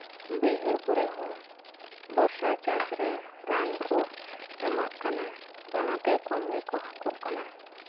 ᱵᱟᱹᱭᱦᱟᱹᱲ ᱠᱚᱨᱮ ᱦᱚᱸ ᱵᱚᱭᱥᱟ ᱪᱟᱥᱨᱮ ᱨᱟᱱ ᱠᱚ ᱮᱢᱟᱜ ᱠᱟᱱᱟ ᱚᱱᱟᱛᱮ ᱠᱚᱢ ᱜᱮᱠᱚ ᱦᱟᱠᱳᱜ ᱠᱟᱱᱟ